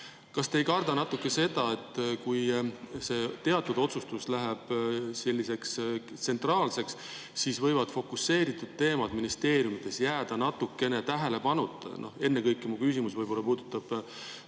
Kas te ei karda natuke seda, et kui see teatud otsustus läheb tsentraalseks, siis võivad fokuseeritud teemad ministeeriumides jääda tähelepanuta? Ennekõike mu küsimus puudutab